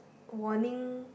warning